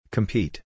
Compete